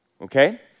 Okay